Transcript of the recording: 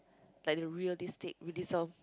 like the realistic realism